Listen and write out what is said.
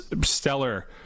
stellar